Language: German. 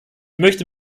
möchte